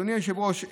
אדוני היושב-ראש,